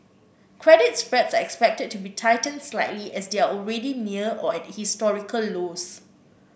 credit spreads are expected to be tightened slightly as they are already near or at historical lows